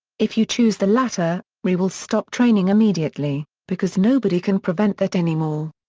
if you choose the latter, we will stop training immediately, because nobody can prevent that anymore.